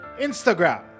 Instagram